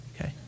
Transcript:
okay